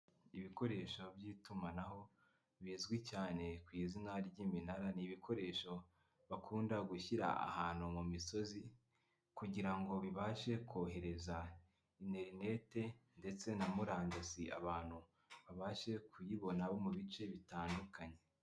Ibikoresho by'itumanaho bizwi cyane ku izina ry'iminara, ni ibikoresho bakunda gushyira ahantu mu misozi kugirango bibashe kohereza interineti ndetse na murandasi; abantu babashe kuyibonaho mu bice bitandukanye.